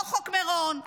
לא חוק מירון,